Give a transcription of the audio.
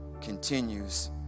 continues